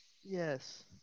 Yes